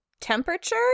temperature